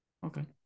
Okay